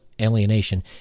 alienation